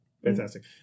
Fantastic